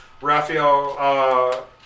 Rafael